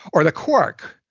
or the cork,